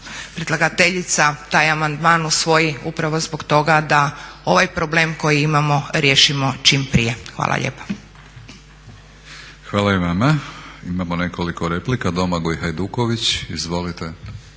predlagateljica taj amandman usvoji upravo zbog toga da ovaj problem koji imamo riješimo čim prije. Hvala lijepa. **Batinić, Milorad (HNS)** Hvala i vama. Imamo nekoliko replika. Domagoj Hajduković, izvolite.